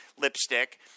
lipstick